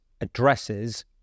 addresses